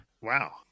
Wow